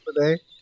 today